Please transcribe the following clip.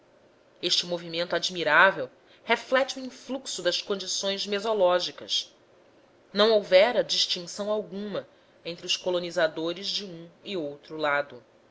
este movimento admirável reflete o influxo das condições mesológicas não houvera distinção alguma entre os colonizadores de um e outro lado